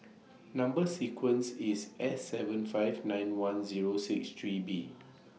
Number sequence IS S seven five nine one Zero six three B